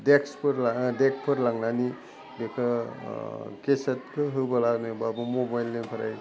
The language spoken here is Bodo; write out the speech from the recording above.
देक्सफोर लाना देगफोर लांनानै बेखो केसेटखौ होबोलानो बा मबाइलनिफ्राय